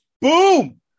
Boom